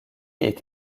est